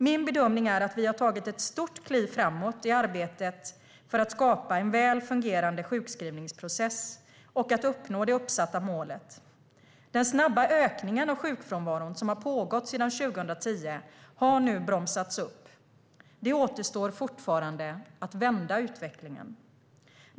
Min bedömning är att vi har tagit ett stort kliv framåt i arbetet med att skapa en väl fungerande sjukskrivningsprocess och att uppnå det uppsatta målet. Den snabba ökningen av sjukfrånvaron som pågått sedan 2010 har nu bromsats upp. Det återstår fortfarande att vända utvecklingen.